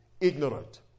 ignorant